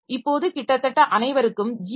இப்போது கிட்டத்தட்ட அனைவருக்கும் ஜி